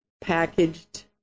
packaged